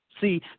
See